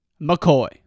McCoy